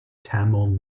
tamil